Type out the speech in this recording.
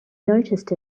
noticed